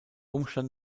umstand